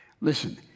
Listen